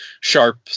sharp